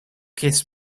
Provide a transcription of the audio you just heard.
kiss